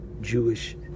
Jewish